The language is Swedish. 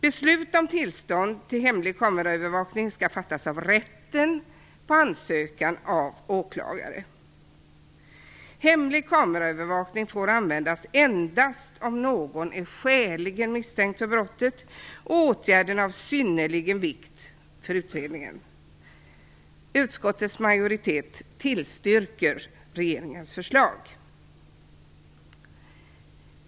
Beslut om tillstånd till hemlig kameraövervakning skall fattas av rätten, på ansökan av åklagare. Hemlig kameraövervakning får användas endast om någon är skäligen misstänkt för brottet och åtgärden är av synnerlig vikt för utredningen. Utskottets majoritet tillstyrker regeringens förslag.